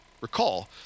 Recall